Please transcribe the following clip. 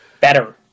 better